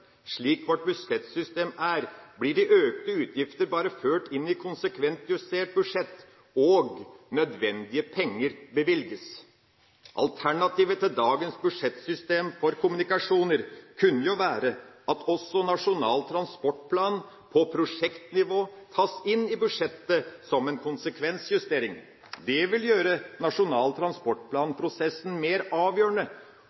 Slik vårt budsjettsystem er, blir de økte utgiftene våre bare ført inn i konsekvensjustert budsjett, og nødvendige penger bevilges. Alternativet til dagens budsjettsystem for kommunikasjoner kunne jo være at også Nasjonal transportplan på prosjektnivå tas inn i budsjettet som en konsekvensjustering. Det vil gjøre Nasjonal